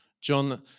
John